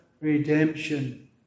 redemption